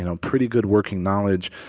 you know, pretty good working knowledge,